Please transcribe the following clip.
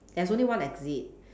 there's only one exit